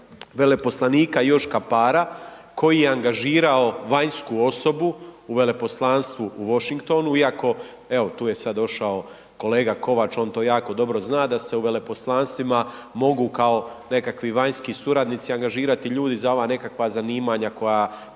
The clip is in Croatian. veleposlanika Joška Para koji je angažirao vanjsku osobu u Veleposlanstvu u Washingtonu iako, evo tu je sad došao kolega Kovač on to jako dobro zna, da se u veleposlanstvima mogu kao nekakvi vanjski suradnici angažirati ljudi za ova nekakva zanimanja koja